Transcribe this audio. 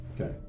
okay